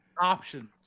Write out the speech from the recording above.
option